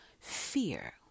fear